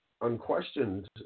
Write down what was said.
unquestioned